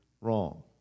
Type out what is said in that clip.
wrong